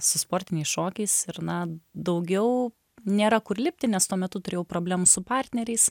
su sportiniais šokiais ir na daugiau nėra kur lipti nes tuo metu turėjau problemų su partneriais